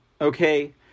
okay